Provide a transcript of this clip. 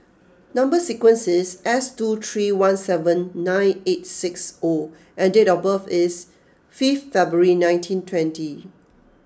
number sequence is S two three one seven nine eight six O and date of birth is fifth February nineteen twenty